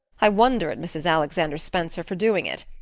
i wonder at mrs. alexander spencer for doing it.